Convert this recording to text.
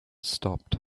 stopped